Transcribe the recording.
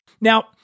Now